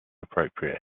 appropriate